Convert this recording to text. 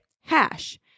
hash